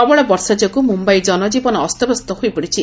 ପ୍ରବଳ ବର୍ଷା ଯୋଗୁ ମୁମ୍ୟାଇ ଜନଜୀବନ ଅସ୍ତବ୍ୟସ୍ତ ହୋଇପଡିଛି